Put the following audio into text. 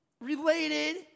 related